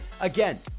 Again